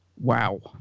wow